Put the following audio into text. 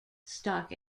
stock